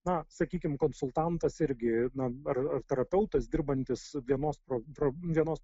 na sakykim konsultantas irgi na ar ar terapeutas dirbantis vienos pro vienos